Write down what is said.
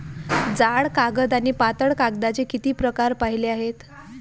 जाड कागद आणि पातळ कागदाचे किती प्रकार पाहिले आहेत?